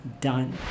done